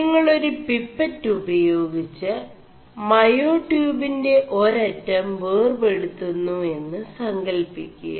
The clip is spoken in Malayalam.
നിÆെളാരു പിç് ഉപേയാഗിg് മേയാടçøബിെ ഒരം േവർെപടുøുMു എM് സ ൽçി ുക